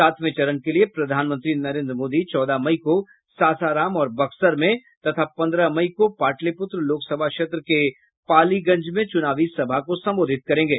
सातवें चरण के लिए प्रधानमंत्री नरेन्द्र मोदी चौदह मई को सासाराम और बक्सर में तथा पन्द्रह मई को पाटलिपुत्र लोकसभा क्षेत्र के पालीगंज में चूनावी सभा को संबोधित करेंगे